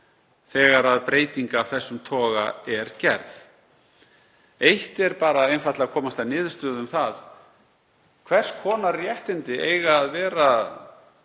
þegar breyting af þessum toga er gerð. Eitt er bara einfaldlega að komast að niðurstöðu um það hvers konar réttindi eigi að vera